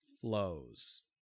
flows